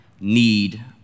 need